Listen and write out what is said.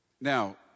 Now